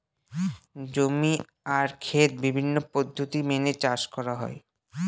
জমি আর খেত বিভিন্ন পদ্ধতি মেনে চাষ করা হয়